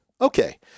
Okay